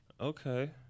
Okay